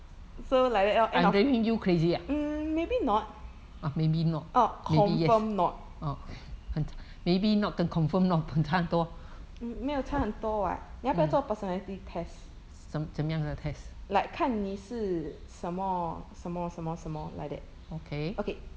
so like that lor end of mm maybe not orh confirm not mm 没有差很多 [what] 你要不要做 personality test like 看你是什么什么什么什么 like that okay